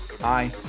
Bye